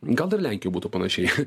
gal ir lenkijoj būtų panašiai